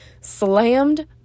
slammed